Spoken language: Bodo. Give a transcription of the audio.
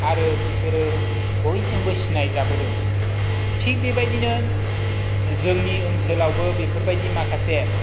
आरो बिसोरो बयजोंबो सिनाय जाबोदों थिक बेबायदिनो जोंनि ओनसोलावबो बेफोरबायदि माखासे